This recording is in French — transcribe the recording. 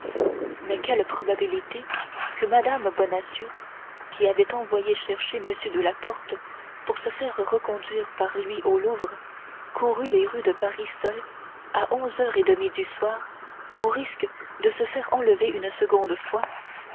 mais quelle probabilité que mme bonacieux qui avait envoyé chercher m de la porte pour se faire reconduire par lui au louvre courût les rues de paris seule à onze heures et demie du soir au risque de se faire enlever une seconde fois